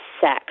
sex